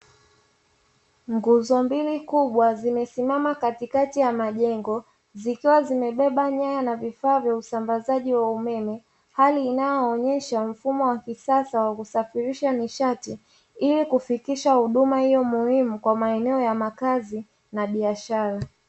Nguzo mbili kubwa zimesimama katikati ya majengo zikiwa zimebeba nyaya na vifaa vya usambazaji wa umeme, hali inaonyesha mfumo wa kisasa wa kusafirisha nishati ilikufikisha huduma hiyo muhimu kwa maeneo ya makazi na biashara.